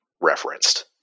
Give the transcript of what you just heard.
referenced